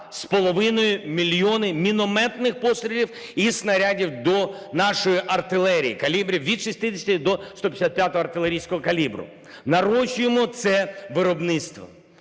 ніж 2,5 мільйона мінометних пострілів і снарядів до нашої артилерії калібрів від 60 до 155 артилерійського калібру. Нарощуємо це виробництво.